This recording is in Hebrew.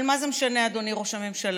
אבל מה זה משנה, אדוני ראש הממשלה,